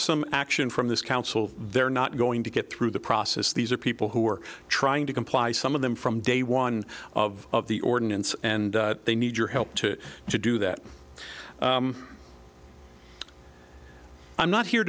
some action from this council they're not going to get through the process these are people who are trying to comply some of them from day one of the ordinance and they need your help to do that i'm not here